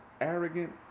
arrogant